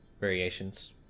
variations